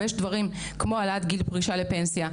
אבל יש דברים כמו העלאת גיל פרישה לפנסיה,